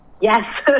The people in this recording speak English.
Yes